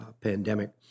pandemic